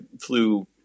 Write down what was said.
flew